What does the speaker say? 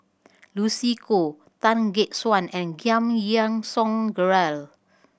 Lucy Koh Tan Gek Suan and Giam Yean Song Gerald